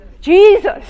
Jesus